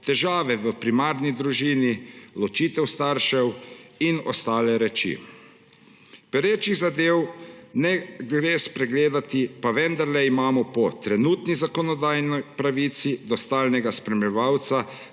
težave v primarni družini, ločitev staršev in ostale reči. Perečih zadev ne gre spregledati, pa vendar imajo po trenutni zakonodaji pravico do stalnega spremljevalca